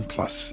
Plus